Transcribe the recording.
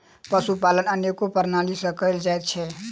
पशुपालन अनेको प्रणाली सॅ कयल जाइत छै